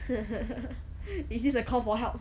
is this a call for help